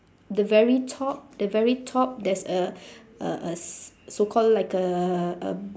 the very top the very top there's a uh uh s~ so called like a